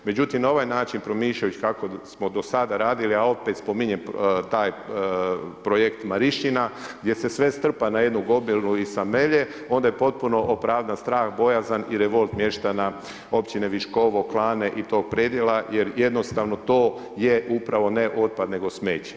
Međutim, na ovaj način promišljajući kako smo do sada radili, a opet spominjem taj projekt Marišina gdje se sve strpa na jednu gomilu i samelje, onda je potpuno opravdan strah, bojazan i revolt mještana općine Viškovo, Klane i tog predjela jer jednostavno to je upravo ne otpad, nego smeće.